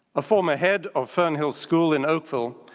a former head of fern hill school in oakville,